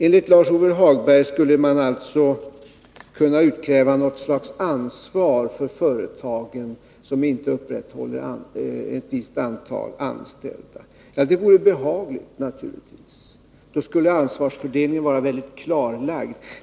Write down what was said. Enligt Lars-Ove Hagberg skulle man alltså kunna utkräva något slags ansvar av företag som inte upprätthåller sysselsättningen för ett visst antal anställda. Det vore naturligtvis behagligt. Då skulle ansvarsfördelningen vara väldigt klar.